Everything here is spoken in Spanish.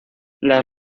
las